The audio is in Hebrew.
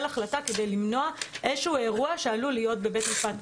החלטה כדי למנוע איזשהו אירוע שעלול להיות בבית המשפט.